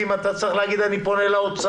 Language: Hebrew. שתי דקות אני אצטרך ולא יותר,